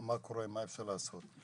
מה אפשר לעשות,